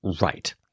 Right